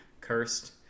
cursed